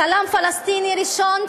הצלם הפלסטיני הראשון,